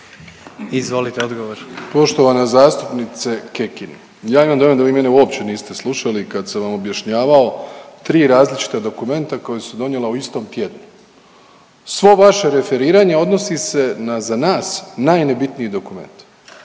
Andrej (HDZ)** Poštovana zastupnice Kekin. Ja imam dojam da vi mene uopće niste slušali kad sam vam objašnjavao tri različita dokumenta koja su donijela u istom tjednu. Svo vaše referiranje odnosi se na za nas najnebitniji dokument.